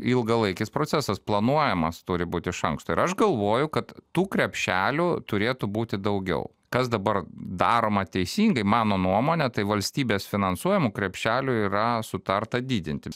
ilgalaikis procesas planuojamas turi būt iš anksto ir aš galvoju kad tų krepšelių turėtų būti daugiau kas dabar daroma teisingai mano nuomone tai valstybės finansuojamų krepšelių yra sutarta didinti